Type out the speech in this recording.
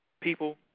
People